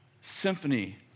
symphony